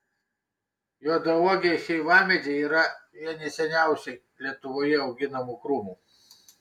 juodauogiai šeivamedžiai yra vieni seniausiai lietuvoje auginamų krūmų